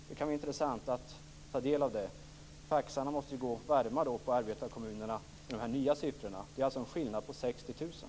Det kan vara intressant att ta del av det. Faxarna måste gå varma på arbetarkommunerna med de här nya siffrorna. Det är alltså en skillnad på 60 000.